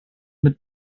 mit